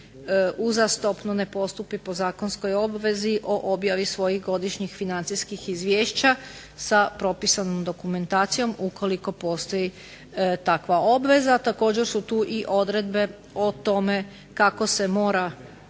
uzastopno ne postupi po zakonskoj obvezi o objavi svojih godišnjih financijskih izvješća sa propisanom dokumentacijom ukoliko postoji takva obveza. Također su tu i odredbe o tome kako se mora